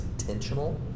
intentional